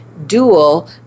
dual